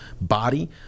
body